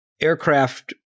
aircraft